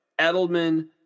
edelman